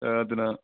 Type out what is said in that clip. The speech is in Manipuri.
ꯑꯗꯨꯅ